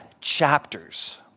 chapters